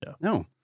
No